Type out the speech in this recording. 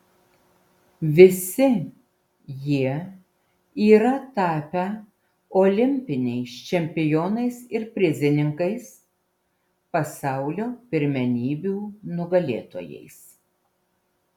visi jie yra tapę olimpiniais čempionais ir prizininkais pasaulio pirmenybių nugalėtojais